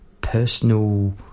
personal